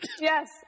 Yes